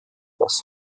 das